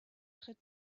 très